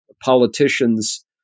politicians